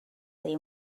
لای